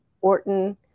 Orton